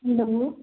hello